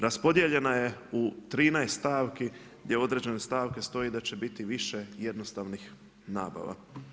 Raspodijeljena je u 13 stavki gdje u određenoj stavci stoji da će biti više jednostavnih nabava.